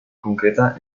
concreta